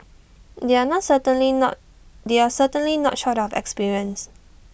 they are not certainly not they are certainly not short of experience